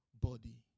body